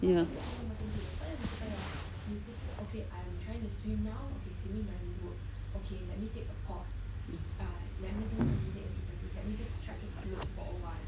ya